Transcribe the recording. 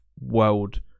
world